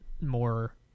more